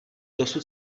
dosud